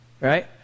right